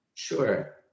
Sure